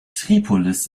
tripolis